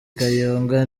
kayonga